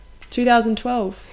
2012